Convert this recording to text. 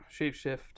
shapeshift